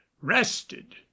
rested